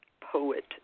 poet